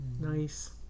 Nice